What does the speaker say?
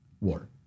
War